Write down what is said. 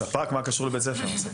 הספק, מה קשור למשרד החינוך?